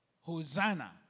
Hosanna